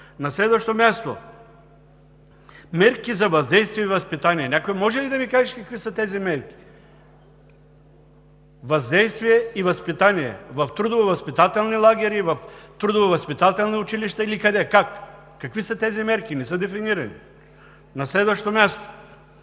На следващо място, мерки за въздействие и възпитание. Някой може ли да ми каже какви са тези мерки? Въздействие и възпитание – в трудововъзпитателни лагери, в трудововъзпитателни училища или къде, как? Какви са тези мерки? Не са дефинирани. На следващо място,